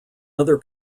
other